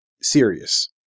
serious